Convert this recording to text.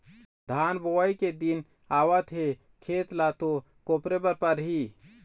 धान बोवई के दिन आवत हे खेत ल तो कोपरे बर परही